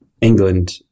England